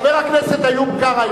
חבר הכנסת איוב קרא,